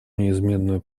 неизменную